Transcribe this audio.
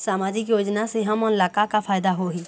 सामाजिक योजना से हमन ला का का फायदा होही?